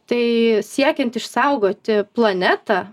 tai siekiant išsaugoti planetą